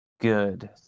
good